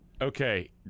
Okay